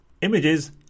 Images